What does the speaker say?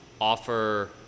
offer